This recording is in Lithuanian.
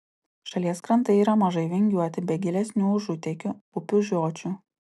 šalies krantai yra mažai vingiuoti be gilesnių užutėkių upių žiočių